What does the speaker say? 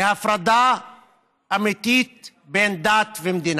להפרדה אמיתית בין דת ומדינה.